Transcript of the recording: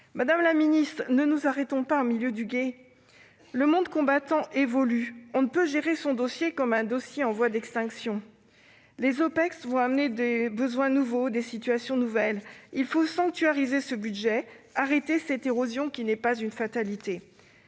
Madame la ministre, ne nous arrêtons pas au milieu du gué ! Le monde combattant évolue. On ne peut gérer ce dossier comme étant en voie d'extinction. Les opérations extérieures amèneront des besoins nouveaux, des situations nouvelles ; il faut sanctuariser ce budget, arrêter son érosion, qui n'est pas une fatalité.